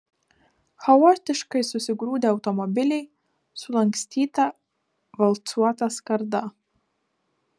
chaotiškai susigrūdę automobiliai sulankstyta valcuota skarda